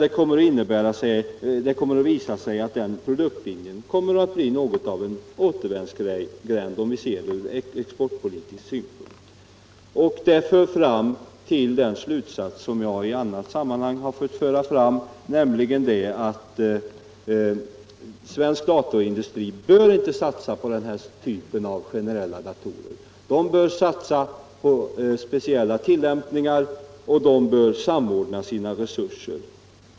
Det visar sig emellertid att denna produktlinje kommer att bli något av en återvändsgränd ur exportpolitisk synpunkt. Det för fram till den slutsats som jag i annat sammanhang har redovisat, nämligen att svensk datorindustri inte bör satsa på den här typen av generella datorer. Företagen bör satsa på speciella tillämpningar och de bör samordna sina resurser.